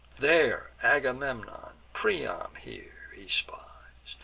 there agamemnon, priam here, he spies,